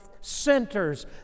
centers